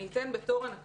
אני אתן אנקדוטה.